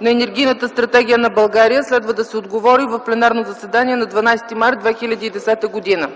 на Енергийната стратегия на България. Следва да се отговори в пленарното заседание на 12 март 2010 г.